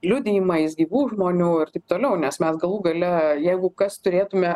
liudijimais gyvų žmonių ir taip toliau nes mes galų gale jeigu kas turėtume